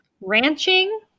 Ranching